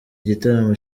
gitaramo